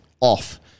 off